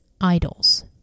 Idols